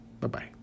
Bye-bye